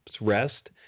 rest